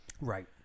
Right